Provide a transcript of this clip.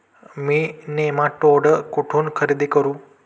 मी nematode कुठून खरेदी करू?